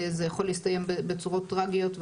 זה יכול להסתיים בצורות טרגיות.